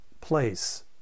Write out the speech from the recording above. place